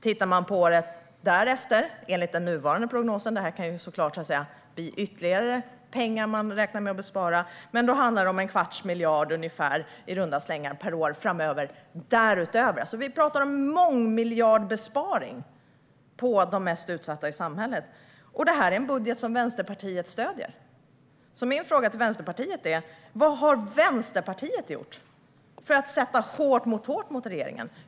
Tittar man på året därefter handlar det därutöver om ungefär en kvarts miljard per år, enligt den nuvarande prognosen; det kan såklart bli ytterligare pengar man räknar med att spara. Vi talar alltså om en mångmiljardbesparing på de mest utsatta i samhället, och detta är en budget som Vänsterpartiet stöder. Så mina frågor till Vänsterpartiet är: Vad har Vänsterpartiet gjort för att sätta hårt mot hårt mot regeringen?